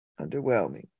Underwhelming